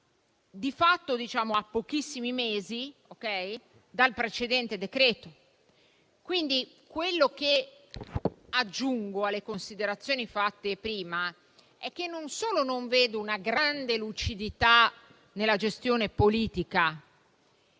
di fatto a pochissimi mesi dal precedente. Quello che quindi aggiungo alle considerazioni fatte prima è che non solo non vedo una grande lucidità nella gestione politica,